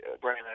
Brian